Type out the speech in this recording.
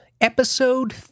episode